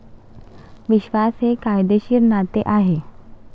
विश्वास हे कायदेशीर नाते आहे